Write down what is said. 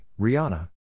Rihanna